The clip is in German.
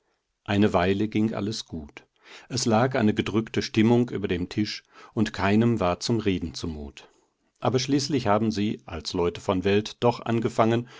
eine weile ging alles gut es lag eine gedrückte stimmung über dem tisch und keinem war zum reden zumut aber schließlich haben sie als leute von welt doch angefangen